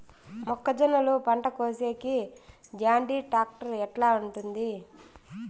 మొక్కజొన్నలు పంట కోసేకి జాన్డీర్ టాక్టర్ ఎట్లా ఉంటుంది?